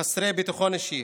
חסרי ביטחון אישי.